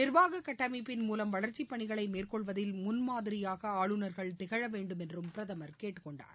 நிர்வாகக் கட்டமைப்பின் மூலம் வளர்ச்சிப் பணிகளை மேற்கொள்வதில் முன்மாதிரியாக ஆளுநர்கள் திகழவேண்டும் என்று பிரதமர் கூறினார்